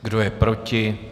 Kdo je proti?